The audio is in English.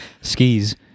Skis